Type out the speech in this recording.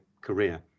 career